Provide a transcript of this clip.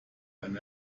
ein